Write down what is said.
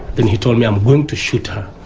then he told me, i'm going to shoot her.